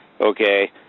Okay